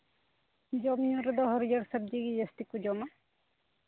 ᱡᱚᱢᱼᱧᱩ ᱨᱮᱫᱚ ᱦᱟᱹᱨᱭᱟᱹᱲ ᱥᱚᱵᱽᱡᱤ ᱜᱮ ᱡᱟᱹᱥᱛᱤ ᱠᱚ ᱡᱚᱢᱟ